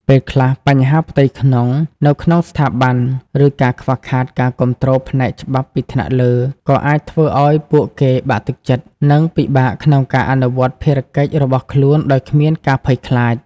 ពេលខ្លះ បញ្ហាផ្ទៃក្នុង នៅក្នុងស្ថាប័ន ឬការខ្វះខាតការគាំទ្រផ្នែកច្បាប់ពីថ្នាក់លើ ក៏អាចធ្វើឲ្យពួកគេបាក់ទឹកចិត្ត និងពិបាកក្នុងការអនុវត្តភារកិច្ចរបស់ខ្លួនដោយគ្មានការភ័យខ្លាច។